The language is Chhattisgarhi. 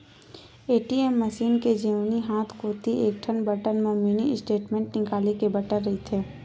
ए.टी.एम मसीन के जेवनी हाथ कोती एकठन बटन म मिनी स्टेटमेंट निकाले के बटन रहिथे